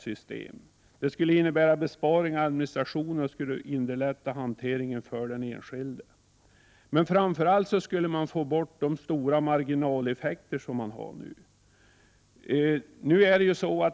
Förslaget skulle innebära administrativa besparingar och underlätta hanteringen för den enskilde. Men man skulle framför allt få bort de stora marginaleffekter som man nu har.